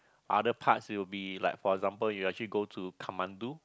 other parts it will be like for example we actually go to Katmandu